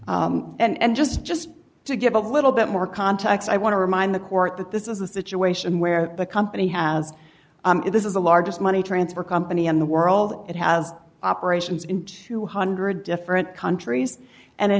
for and just just to give a little bit more context i want to remind the court that this is a situation where the company has this is the largest money transfer company in the world it has operations in two hundred different countries and it